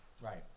Right